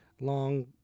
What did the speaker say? long